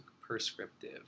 prescriptive